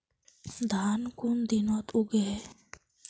धान कुन दिनोत उगैहे